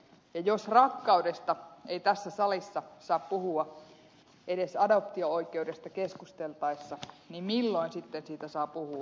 jos rakkaudesta ei tässä salissa saa puhua edes adoptio oikeudesta keskusteltaessa niin milloin sitten siitä saa puhua